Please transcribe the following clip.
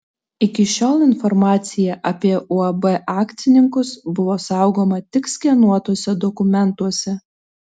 iki šiol informacija apie uab akcininkus buvo saugoma tik skenuotuose dokumentuose